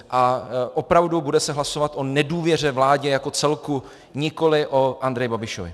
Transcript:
A opravdu, bude se hlasovat o nedůvěře vládě jako celku, nikoli o Andreji Babišovi.